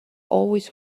always